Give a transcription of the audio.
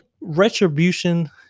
retribution